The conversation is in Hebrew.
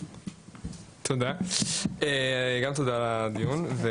תודה רבה על קיום הדיון.